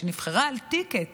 שנבחרה על טיקט